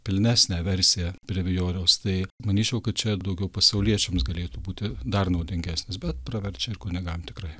pilnesnę versiją brevijoriaus tai manyčiau kad čia daugiau pasauliečiams galėtų būti dar naudingesnis bet praverčia ir kunigam tikrai